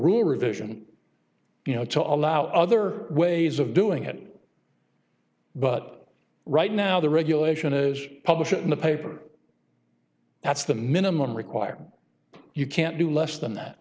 revision you know to allow other ways of doing it but right now the regulation is published in the paper that's the minimum requirement you can't do less than that